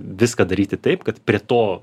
viską daryti taip kad prie to